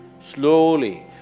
slowly